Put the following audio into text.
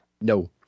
No